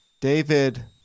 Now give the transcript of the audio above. David